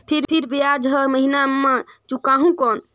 फिर ब्याज हर महीना मे चुकाहू कौन?